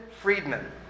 friedman